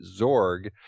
Zorg